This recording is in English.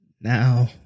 Now